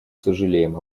сожалеем